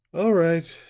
all right,